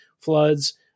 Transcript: floods